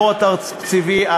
הבור התקציבי,